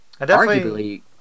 arguably